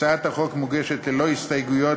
הצעת החוק מוגשת ללא הסתייגויות,